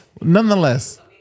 Nonetheless